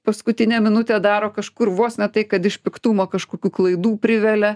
paskutinę minutę daro kažkur vos ne tai kad iš piktumo kažkokių klaidų privelia